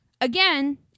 again